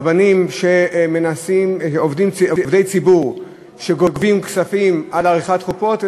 רבנים עובדי ציבור שגובים כספים על עריכת חופות,